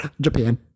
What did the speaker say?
Japan